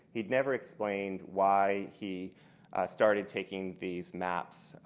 he had never explained why he started taking these maps,